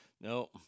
No